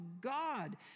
God